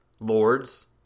Lords